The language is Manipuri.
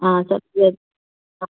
ꯑꯥ ꯆꯠꯂ